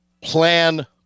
plan